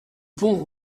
pont